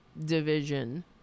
division